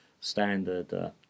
standard